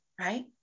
right